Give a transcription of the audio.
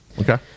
Okay